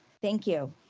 thank you.